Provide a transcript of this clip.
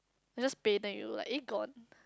I just pay then you like eh gone